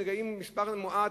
שמגדלים בה מספר מועט,